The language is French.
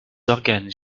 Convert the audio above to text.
organes